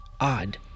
odd